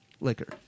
liquor